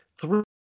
three